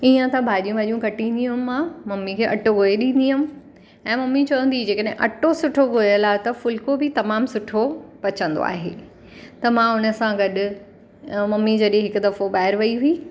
इअं त भाॼियूं वाॼियूं कटींदी हुअमि मां मम्मी खे अटो ॻोए ॾींदी हुअमि ऐं मम्मी चवंदी हुई जे कॾहिं अटो सुठो ॻोयल आहे त फुल्को बि तमामु सुठो पचंदो आहे त मां हुन सां गॾु मम्मी जॾहिं हिकु दफ़ो ॿाहिरि वेई हुई